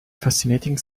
fascinating